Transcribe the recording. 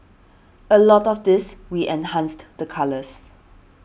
a lot of this we enhanced the colours